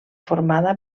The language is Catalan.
formada